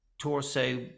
torso